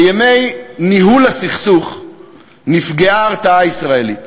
בימי ניהול הסכסוך נפגעה ההרתעה הישראלית,